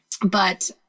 but-